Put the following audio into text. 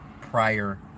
prior